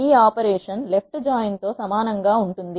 ఈ operation left join తో సమానం గా ఉంటుంది